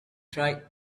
tried